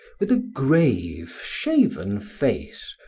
with a grave, shaven face,